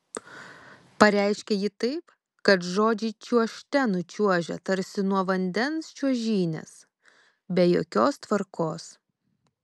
pareiškia ji taip kad žodžiai čiuožte nučiuožia tarsi nuo vandens čiuožynės be jokios tvarkos